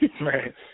Right